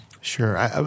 Sure